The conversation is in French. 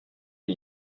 une